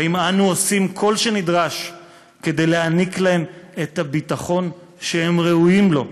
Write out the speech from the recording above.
האם אנו עושים כל שנדרש כדי להעניק להם את הביטחון שהם ראויים לו?